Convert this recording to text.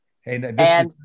Hey